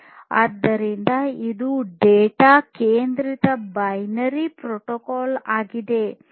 ಆದ್ದರಿಂದ ಇದು ಡೇಟಾ ಕೇಂದ್ರಿತ ಬೈನರಿ ಪ್ರೋಟೋಕಾಲ್ ಆಗಿದೆ